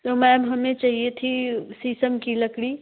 तो मैम हमें चाहिए थी शीशम की लकड़ी